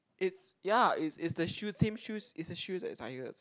it's ya it's it's the shoes same shoes it's the shoes that tires